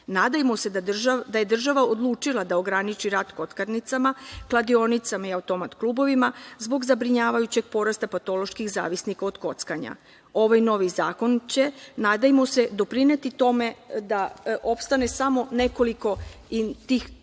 Nadajmo se da je država odlučila da ograniči rad kockarnicama, kladionicama i automat-klubovima zbog zabrinjavajućeg porasta patoloških zavisnika od kockanja. Ovaj zakon će, nadajmo se, doprineti tome da opstane samo nekoliko, ti najjači